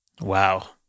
Wow